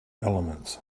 elements